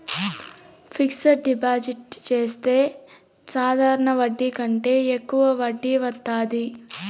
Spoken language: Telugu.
ఫిక్సడ్ డిపాజిట్ చెత్తే సాధారణ వడ్డీ కంటే యెక్కువ వడ్డీ వత్తాది